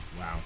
Wow